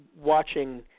watching